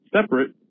separate